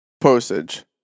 Postage